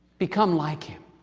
become like him